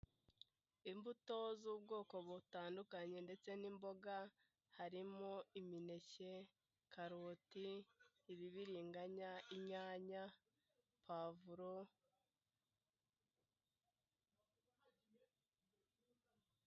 Imbuto z'ubwoko butandukanye ndetse n'imboga harimo imineke, karoti, ibibiriganya, inyanya, pavuro.